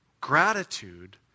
Gratitude